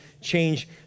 change